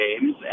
games